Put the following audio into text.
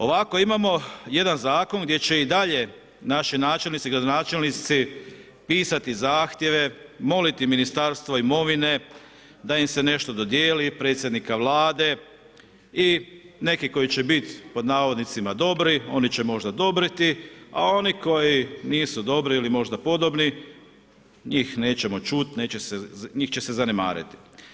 Ovako imamo jedan zakon gdje će i dalje naši načelnici, gradonačelnici pisati zahtjeve, moliti Ministarstvo imovine da im se nešto dodijeli, predsjednika Vlade i neki koji će biti „dobri“ oni će možda odobriti, a oni koji nisu dobri ili možda podobni njih nećemo čuti, njih će se zanemariti.